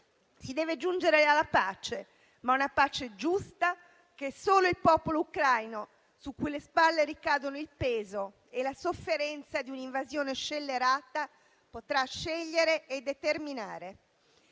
Si deve giungere alla pace, ma a una pace giusta che solo il popolo ucraino, sulle cui spalle ricadono il peso e la sofferenza di un'invasione scellerata, potrà scegliere e determinare.